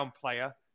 player